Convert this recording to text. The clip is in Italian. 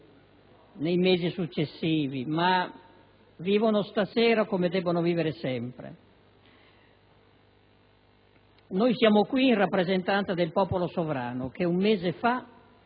nei mesi successivi, ma vivono stasera come devono vivere sempre. Noi siamo qui in rappresentanza del popolo sovrano, che un mese fa